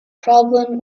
problem